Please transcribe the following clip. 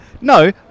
No